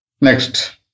Next